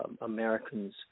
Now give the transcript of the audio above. Americans